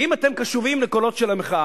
כי אם אתם קשובים לקולות של המחאה,